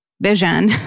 vision